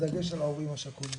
בדגש על ההורים השכולים.